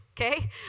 Okay